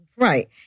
Right